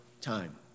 time